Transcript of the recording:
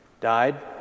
died